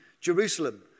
Jerusalem